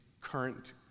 current